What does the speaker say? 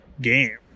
game